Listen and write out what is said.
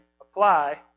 apply